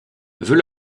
veut